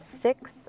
six